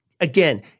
Again